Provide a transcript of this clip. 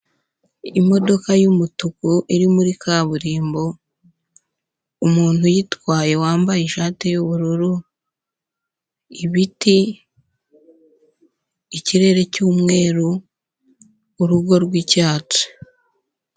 Imodoka y'umutuku iri muri kaburimbo, umuntu uyitwaye wambaye ishati y'ubururu, ibiti, ikirere cy'umweru, urugo rw'icyatsi.